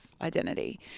identity